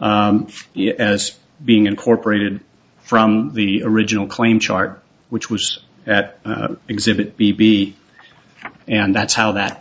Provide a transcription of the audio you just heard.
as being incorporated from the original claim chart which was at exhibit b b and that's how that